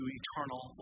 eternal